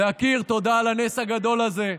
להכיר תודה על הנס הגדול הזה,